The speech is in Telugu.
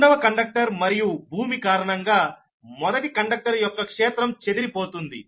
రెండవ కండక్టర్ మరియు భూమి కారణంగా మొదటి కండక్టర్ యొక్క క్షేత్రం చెదిరిపోతుంది